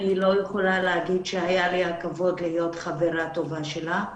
אני לא יכולה להגיד שהיה לי הכבוד להיות חברה טובה שלה,